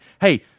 hey